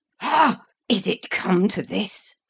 ha! is it come to this?